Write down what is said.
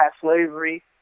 slavery